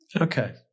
Okay